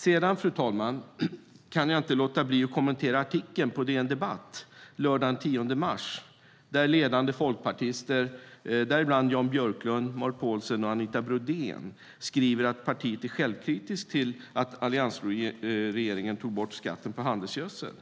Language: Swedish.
Sedan, fru talman, kan jag inte låta bli att kommentera artikeln på DN Debatt lördagen den 10 mars, där ledande folkpartister, däribland Jan Björklund, Marit Paulsen och Anita Brodén, skriver att partiet är självkritiskt till att alliansregeringen tog bort skatten på handelsgödsel.